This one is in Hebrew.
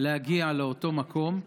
להגיע לאותו מקום,